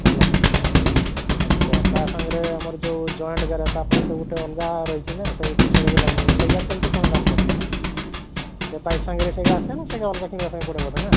ଭଲ ହେବ ଆଚ୍ଛା ତା' ସାଙ୍ଗରେ ଆମର ଯେଉଁ ଜଏଣ୍ଟ ଗୁରା ତା' ପାଇଁ ତ ଗୋଟେ ଅଲଗା ରହିଛି ନା ସେ ଜିନିଷ ଭି ଲାଗିବ ସେଗାର କେମତି କ'ଣ ଦାମ୍ ପଡ଼େ ସେ ପାଇପ୍ ସାଙ୍ଗରେ ସେଗା ଆସେନା ସେଗା ଅଲଗା କିଣିବାପାଇଁ ପଡ଼େ ବୋଧେ ନା